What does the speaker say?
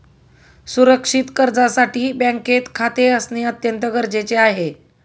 सुरक्षित कर्जासाठी बँकेत खाते असणे अत्यंत गरजेचे आहे